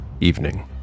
Evening